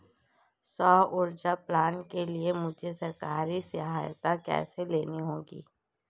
सौर ऊर्जा प्लांट के लिए मुझे सरकारी सहायता कैसे लेनी होगी?